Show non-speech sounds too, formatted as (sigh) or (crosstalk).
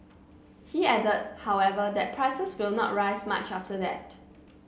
(noise) he added however that prices will not rise much after that